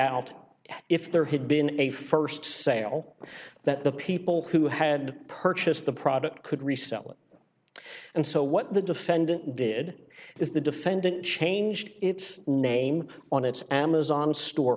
that if there had been a st sale that the people who had purchased the product could resell it and so what the defendant did is the defendant changed its name on its amazon store